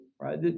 right